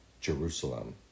Jerusalem